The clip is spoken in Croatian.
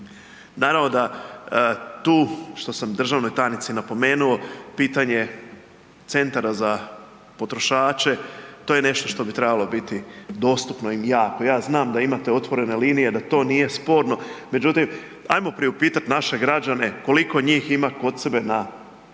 Naravno da tu što sam državnoj tajnici napomenuo, pitanje centara za potrošače, to je nešto što bi trebalo biti dostupno im jako. Ja znam da imate otvorene linije, da to nije sporno, međutim ajmo priupitat naše građane koliko njih ima kod sebe na nekome